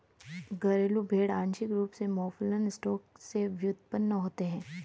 घरेलू भेड़ आंशिक रूप से मौफलन स्टॉक से व्युत्पन्न होते हैं